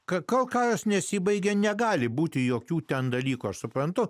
kažko kas nesibaigia negali būti jokių ten dalykų aš suprantu